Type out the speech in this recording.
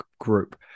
group